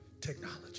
technology